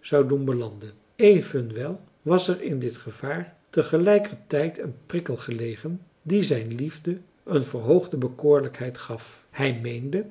zou doen belanden evenwel was er in dit gevaar tegelijkertijd een prikkel gelegen die zijn liefde een verhoogde bekoorlijkheid gaf hij meende